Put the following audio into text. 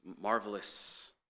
marvelous